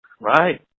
Right